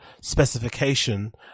specification